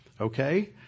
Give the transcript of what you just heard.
okay